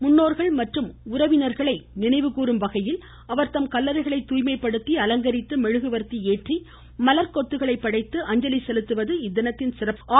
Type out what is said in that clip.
முன்னோர்கள் மற்றும் உறவினர்களை நினைவு கூறும் வகையில் அவர்தம் கல்லறைகளை தூய்மை படுத்தி அலங்கரித்து மெழுகுவர்த்தி ஏற்றி மலர் கொத்துகளை படைத்து அஞ்சலி செலுத்துவது இத்தினத்தின் சிறப்பம்சமாகும்